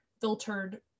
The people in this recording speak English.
filtered